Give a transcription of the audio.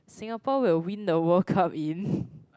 Singapore will win the World-Cup in